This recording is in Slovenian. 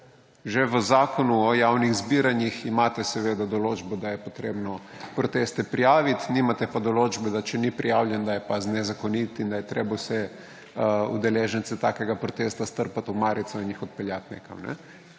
Že v Zakonu o javnih zbiranjih imate seveda določbo, da je potrebno proteste prijavit, nimate pa določbe, da če ni prijavljen, da je pa nezakonit in da je treba vse udeležence takega protesta strpati v marico in jih odpeljat nekam.